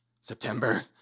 September